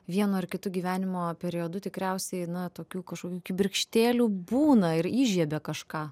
vienu ar kitu gyvenimo periodu tikriausiai eina tokių mažų kibirkštėlių būna ir įžiebia kažką